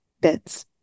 bits